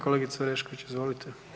Kolegice Orešković, izvolite.